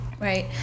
right